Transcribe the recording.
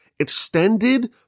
extended